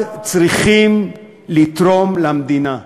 יחד צריכים לתרום למדינה,